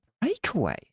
breakaway